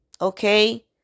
okay